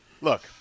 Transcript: look